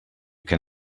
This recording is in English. can